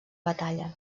batalla